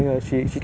!wah!